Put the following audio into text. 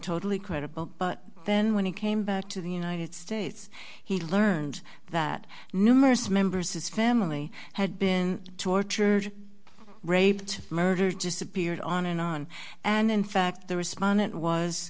totally credible but then when he came back to the united states he learned that numerous members his family had been tortured raped murdered disappeared on and on and in fact the respondent was